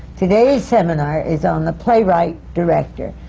today's seminar is on the playwright director,